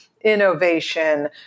innovation